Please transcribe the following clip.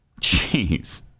Jeez